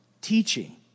teaching